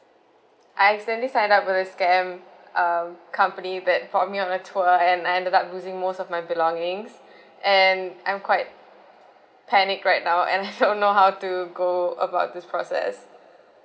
I accidentally signed up with a scam um company that brought me on a tour and I ended up losing most of my belongings and I'm quite panic right now and I don't know how to go about this process